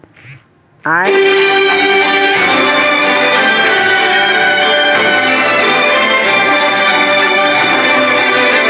आइ काल्हि शेयर बजारो के सुविधा इंटरनेटो पे मिली जाय छै